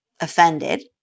offended